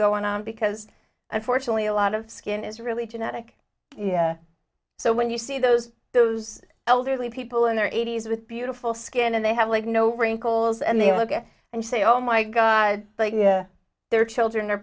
going on because unfortunately a lot of skin is really genetic so when you see those those elderly people in their eighty's with beautiful skin and they have like no wrinkles and they look at and say oh my god their children are